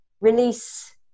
release